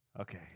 okay